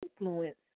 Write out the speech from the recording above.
influence